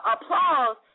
applause